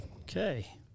okay